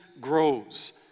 grows